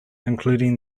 including